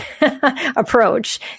approach